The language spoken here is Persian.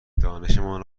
دانشمان